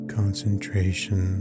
concentration